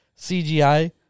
CGI